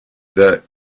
that